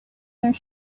their